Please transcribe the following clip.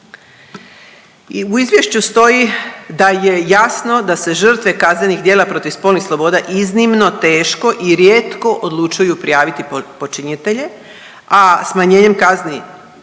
U izvješću stoji da je jasno da se žrtve kaznenih djela protiv spolnih sloboda iznimno teško i rijetko odlučuju prijaviti počinitelje, a smanjenjem kazni